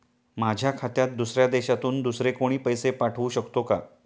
माझ्या खात्यात दुसऱ्या देशातून दुसरे कोणी पैसे पाठवू शकतो का?